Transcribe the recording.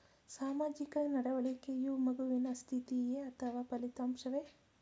ಸಾಮಾಜಿಕ ನಡವಳಿಕೆಯು ಮಗುವಿನ ಸ್ಥಿತಿಯೇ ಅಥವಾ ಫಲಿತಾಂಶವೇ?